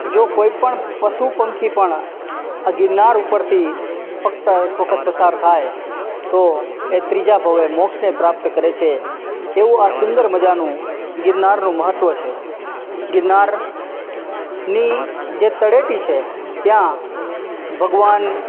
જો કોઈપણ પશુ પંખી પણ આ ગિરનાર ઉપરથી ફક્ત એક વખત પસાર થાય તો એ ત્રીજા ભવે મોક્ષને પ્રાપ્ત કરે છે એવું આ સુંદર મજાનું ગિરનારનું મહત્ત્વ છે ગિરનારની જે તળેટી છે ત્યાં ભગવાન